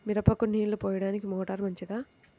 మిరపకు నీళ్ళు పోయడానికి మోటారు మంచిదా?